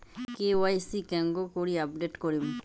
KYC কেঙ্গকরি update করিম?